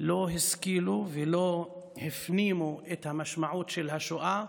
לא השכילו ולא הפנימו את המשמעות של השואה,